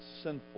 sinful